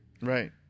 Right